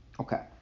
Okay